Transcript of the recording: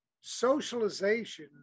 socialization